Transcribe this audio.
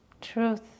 truth